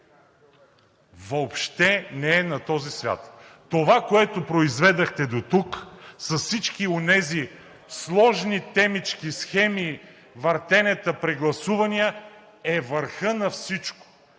въобще не е на този свят! Това, което произведохте дотук с всички онези сложни темички, схеми, въртенета, прегласувания, е върхът на всичко.